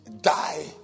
Die